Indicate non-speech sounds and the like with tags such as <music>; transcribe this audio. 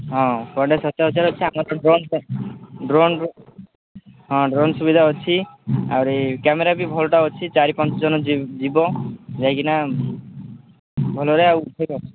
ହଁ <unintelligible> ଆମର drone drone ହଁ ଡ୍ରୋନ୍ ସୁବିଧା ଅଛି ଆହୁରି କ୍ୟାମେରା ବି ଭଲଟା ଅଛି ଚାରି ପାଞ୍ଚ ଜଣ ଯିବ ଯାଇକିନା ଭଲରେ ଆଉ ଉଠେଇବ